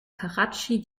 karatschi